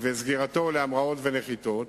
וסגירתו להמראות ונחיתות,